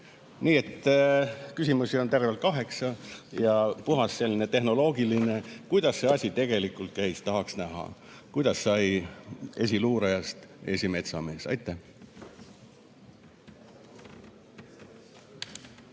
Nii et küsimusi on tervelt kaheksa ja puhas selline tehnoloogiline: kuidas see asi tegelikult käis? Tahaks näha, kuidas sai esiluurajast esimetsamees. Aitäh!